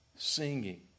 singing